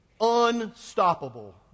Unstoppable